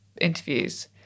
interviews